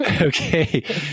Okay